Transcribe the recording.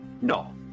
No